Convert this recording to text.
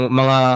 mga